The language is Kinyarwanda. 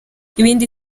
ibindi